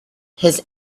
his